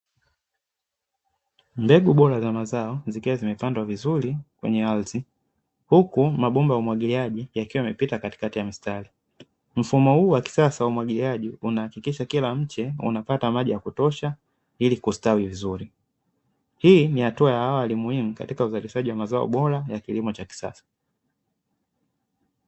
Mbegu bora za mazao zikiwa zimepandwa vizuri kwenye ardhi, huku mabomba ya umwagiliaji yakiwa yamepita katikati ya mstari, mfumo huu wa kisasa wa umwagiliaji unahakikisha kila mche unapata maji ya kutosha ili kustawi vizuri, hii ni hatua aya awali muhimu katika uzalishaji wa mazao bora ya kilimo cha kisasa.